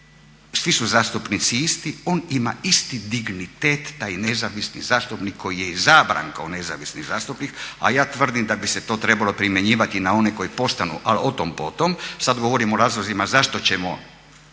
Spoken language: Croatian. svi su zastupnici isti, on ima isti dignitet taj nezavisni zastupnik koji je izabran kao nezavisni zastupnik a ja tvrdim da bi se to trebalo primjenjivati i na one koji postanu, ali otom potom. Sad govorim o razlozima zašto ćemo